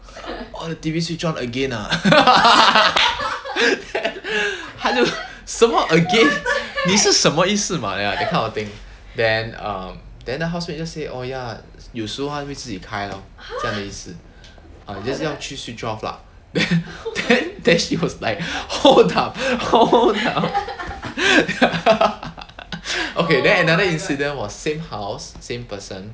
orh the T_V switched on again ah then hello 什么 again 你是什么意思 mah that kind of thing then um the house mate just say oh ya 有时候还会自己 lor 这样的意思 uh 就是要求 switch off lah then then she was like hold up hold up then another incident was same house same person